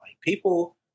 people